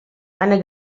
eine